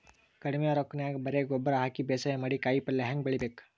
ಕಡಿಮಿ ರೊಕ್ಕನ್ಯಾಗ ಬರೇ ಗೊಬ್ಬರ ಹಾಕಿ ಬೇಸಾಯ ಮಾಡಿ, ಕಾಯಿಪಲ್ಯ ಹ್ಯಾಂಗ್ ಬೆಳಿಬೇಕ್?